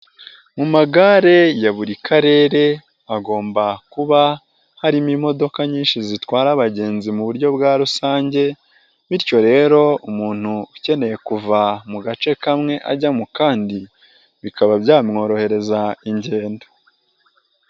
Mu magare ya buri Karere hagomba kuba harimo imodoka nyinshi zitwara abagenzi mu buryo bwa rusange, bityo rero umuntu ukeneye kuva mu gace kamwe ajya mu kandi bikaba byamworohereza ingendo.